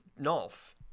Nolf